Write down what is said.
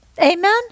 Amen